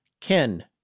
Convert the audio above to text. Ken